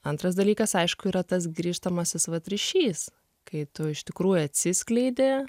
antras dalykas aišku yra tas grįžtamasis va ryšys kai tu iš tikrųjų atsiskleidi